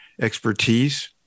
expertise